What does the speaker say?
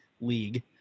league